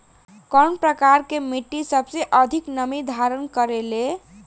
कउन प्रकार के मिट्टी सबसे अधिक नमी धारण करे ले?